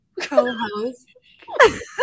co-host